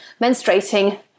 menstruating